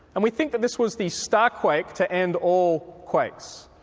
and we think that this was the star quake to end all quakes.